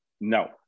No